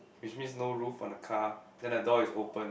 which means no roof on a car then the door is open